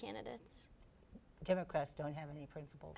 candidates democrats don't have any princip